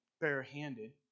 barehanded